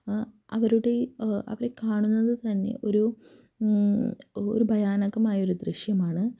അവരുടെ അവരുടെ കാണുന്നത് തന്നെ ഒരൂ ഒരു ഭയാനകമായ ദൃശ്യമാണ്